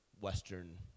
Western